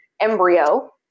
embryo